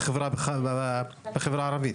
והחברה בכלל בחברה הערבית.